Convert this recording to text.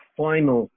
final